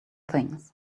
things